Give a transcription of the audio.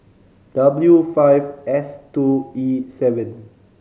W five S two E seven